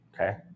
okay